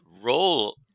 role